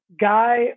guy